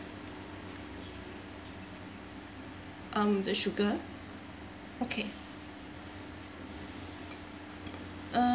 um the sugar okay